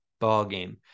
ballgame